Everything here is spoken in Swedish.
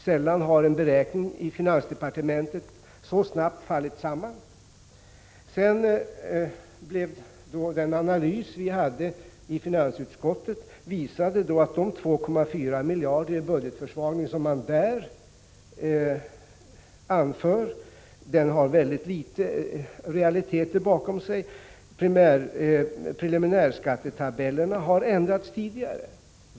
Sällan har en beräkning i finansdepartementet så snabbt fallit samman. Den analys vi i finansutskottet gjorde visade att en budgetförsvagning på 2,4 miljarder inte var realistisk. Preliminärskattetabellerna har ändrats tidigare.